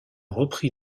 repris